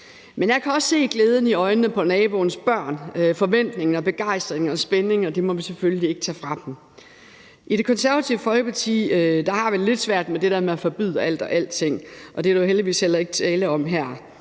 Men jeg kan også se glæden i øjnene på naboens børn, forventningen, begejstringen og spændingen, og det må vi selvfølgelig ikke tage fra dem. I Det Konservative Folkeparti har vi det lidt svært med det der med at forbyde alting, og det er der jo heldigvis heller ikke tale om her.